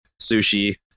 sushi